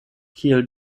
kiel